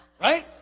Right